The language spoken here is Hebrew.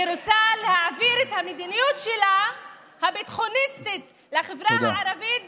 היא רוצה להעביר את המדיניות הביטחוניסטית שלה לחברה הערבית תודה.